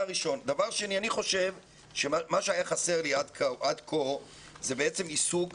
אני חושב שמה שהיה חסר לי עד כה זה בעצם עיסוק